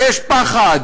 ויש פחד